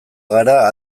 gara